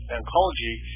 oncology